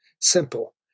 simple